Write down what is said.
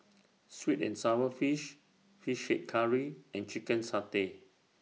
Sweet and Sour Fish Fish Head Curry and Chicken Satay